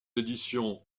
éditions